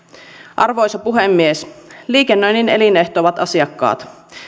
arvoisa puhemies liikennöinnin elinehto ovat asiakkaat